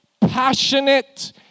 passionate